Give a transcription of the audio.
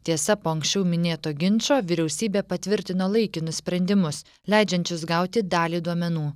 tiesa po anksčiau minėto ginčo vyriausybė patvirtino laikinus sprendimus leidžiančius gauti dalį duomenų